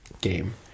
game